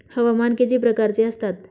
हवामान किती प्रकारचे असतात?